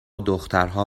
دخترها